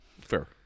fair